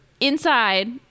inside